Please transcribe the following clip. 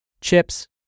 chips